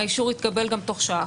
האישור התקבל גם תוך שעה,